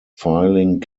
filing